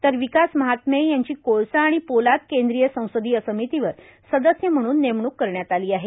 तर विकास महात्मे यांची कोळसा आणि पोलाद केंद्रीय संसदीय समितीवर सदस्य म्हणून नेमण्क करण्यात आली आहे